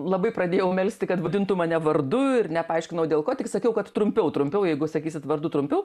labai pradėjau melsti kad vadintų mane vardu ir nepaaiškinau dėl ko tik sakiau kad trumpiau trumpiau jeigu sakysit vardu trumpiau